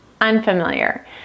unfamiliar